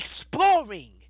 exploring